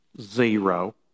Zero